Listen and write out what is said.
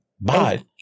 Bye